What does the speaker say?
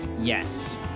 Yes